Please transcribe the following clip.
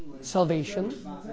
salvation